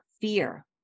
fear